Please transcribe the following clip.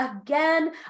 again